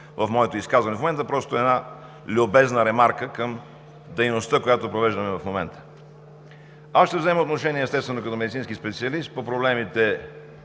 в моето изказване, просто една любезна ремарка към дейността, която провеждаме в момента. Аз ще взема отношение, естествено като медицински специалист, по проблемите,